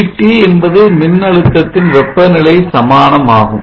VT என்பது மின்னழுத்தத்தின் வெப்பநிலை சமானமாகும்